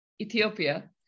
Ethiopia